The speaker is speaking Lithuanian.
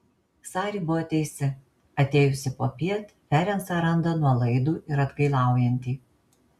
sari buvo teisi atėjusi popiet ferencą randa nuolaidų ir atgailaujantį